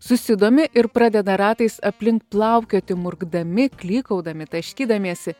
susidomi ir pradeda ratais aplink plaukioti murkdami klykaudami taškydamiesi